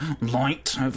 Light